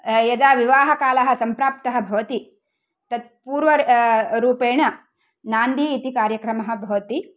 यदा विवाहकालः सम्प्राप्तः भवति तत् पूर्वरू रूपेण नान्दी इति कार्यक्रमः भवति